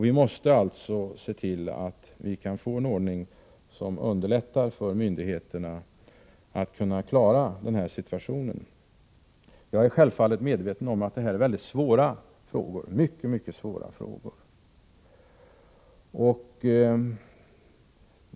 Vi måste alltså se till att vi får till stånd en ordning som underlättar för människorna att klara den här situationen. Jag är självfallet medveten om att det här är mycket svåra frågor.